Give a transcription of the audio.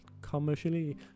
commercially